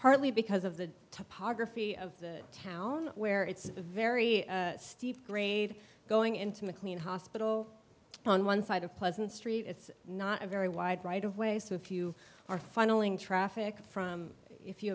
partly because of the topography of the town where it's a very steep grade going into mclean hospital on one side of pleasant street it's not a very wide right of way so if you are funneling traffic from if you